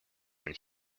and